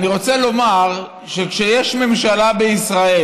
אני רוצה לומר שכשיש ממשלה בישראל,